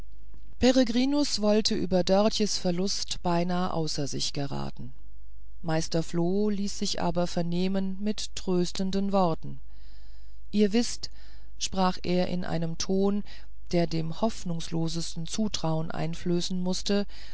peregrinus wollte über dörtjes verlust beinahe außer sich geraten meister floh ließ sich aber vernehmen mit tröstenden worten ihr wißt sprach er mit einem ton der dem hoffnungslosesten zutrauen einflößen mußte